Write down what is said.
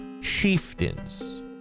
chieftains